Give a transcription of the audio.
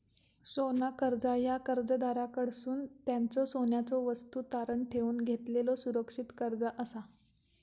सोना कर्जा ह्या कर्जदाराकडसून त्यांच्यो सोन्याच्यो वस्तू तारण ठेवून घेतलेलो सुरक्षित कर्जा असा